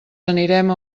anirem